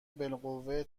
بالقوه